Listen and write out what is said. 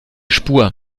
spur